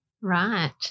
Right